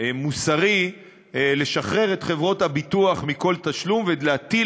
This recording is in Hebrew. מוסרי לשחרר את חברות הביטוח מכל תשלום ולהטיל